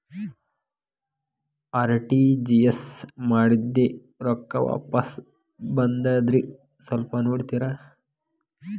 RTGS ಮಾಡಿದ್ದೆ ರೊಕ್ಕ ವಾಪಸ್ ಬಂದದ್ರಿ ಸ್ವಲ್ಪ ನೋಡ್ತೇರ?